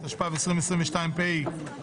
התשפ"ב 2022 (פ/3064/24),